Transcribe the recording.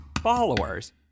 followers